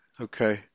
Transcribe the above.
okay